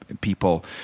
people